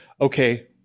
okay